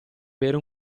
bere